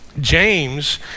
James